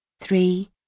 three